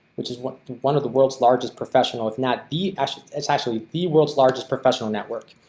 which is one one of the world's largest professional. if not the actually it's actually the world's largest professional network.